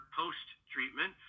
post-treatment